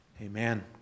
Amen